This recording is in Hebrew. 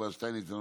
יובל שטייניץ,